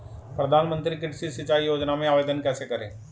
प्रधानमंत्री कृषि सिंचाई योजना में आवेदन कैसे करें?